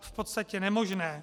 V podstatě nemožné.